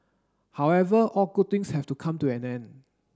however all good things have to come to an end